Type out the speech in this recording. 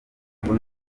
ngo